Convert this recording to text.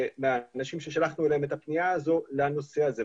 מהאנשים ששלחנו אליהם את הפנייה הזו לנושא הזה.